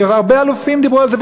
והרבה אלופים דיברו על זה,